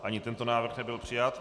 Ani tento návrh nebyl přijat.